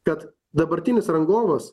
kad dabartinis rangovas